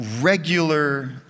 regular